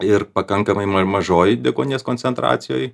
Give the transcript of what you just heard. ir pakankamai ma mažoj deguonies koncentracijoj